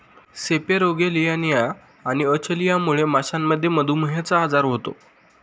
सेपेरोगेलियानिया आणि अचलियामुळे माशांमध्ये मधुमेहचा आजार होतो